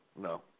no